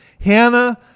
Hannah